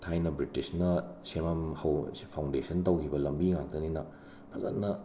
ꯊꯥꯏꯅ ꯕ꯭ꯔꯤꯇꯤꯁꯅ ꯁꯦꯃꯝꯍꯧ ꯁꯤ ꯐꯥꯎꯟꯗꯦꯁꯟ ꯇꯧꯈꯤꯕ ꯂꯝꯕꯤ ꯉꯥꯛꯇꯅꯤꯅ ꯐꯖꯟꯅ